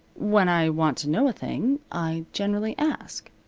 when i want to know a thing, i generally ask,